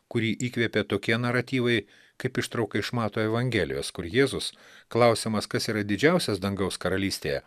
kurį įkvėpė tokie naratyvai kaip ištrauka iš mato evangelijos kur jėzus klausiamas kas yra didžiausias dangaus karalystėje